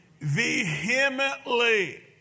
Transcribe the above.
vehemently